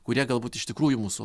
kurie galbūt iš tikrųjų mūsų